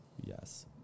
Yes